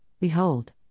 Behold